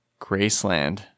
Graceland